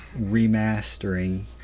remastering